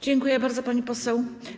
Dziękuję bardzo, pani poseł.